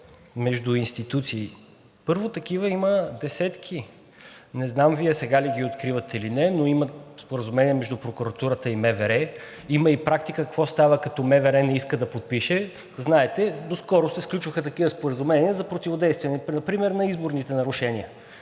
между институции, първо, такива има десетки. Не знам Вие сега ли ги откривате или не, но има споразумения между прокуратурата и МВР, има и практика какво става, като МВР не иска да подпише. Знаете, доскоро се сключваха такива споразумения за противодействие например на изборните нарушения.